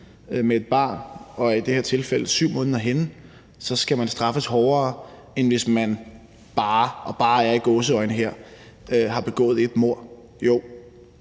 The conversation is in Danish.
er gravid og i det her tilfælde er 7 måneder henne, så skal man straffes hårdere, end hvis man – i gåseøjne – bare har begået ét mord. Jo,